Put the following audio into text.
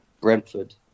Brentford